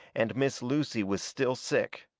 and miss lucy was still sick.